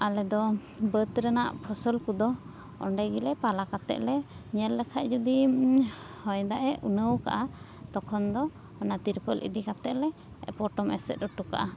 ᱟᱞᱮ ᱫᱚ ᱵᱟᱹᱫ ᱨᱮᱱᱟᱜ ᱯᱷᱚᱥᱚᱞ ᱠᱚᱫᱚ ᱚᱸᱰᱮ ᱜᱮᱞᱮ ᱯᱟᱞᱟ ᱠᱟᱛᱮᱫ ᱞᱮ ᱧᱮᱞ ᱞᱮᱠᱷᱟᱱ ᱡᱩᱫᱤ ᱦᱚᱭᱫᱟᱜ ᱮ ᱩᱱᱟᱹᱣ ᱟᱠᱟᱫᱼᱟ ᱛᱚᱠᱷᱚᱱ ᱫᱚ ᱚᱱᱟ ᱛᱤᱨᱯᱳᱞ ᱤᱫᱤ ᱠᱟᱛᱮᱫ ᱞᱮ ᱯᱚᱴᱚᱢ ᱮᱥᱮᱫ ᱚᱴᱚᱠᱟᱜᱼᱟ